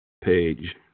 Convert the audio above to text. page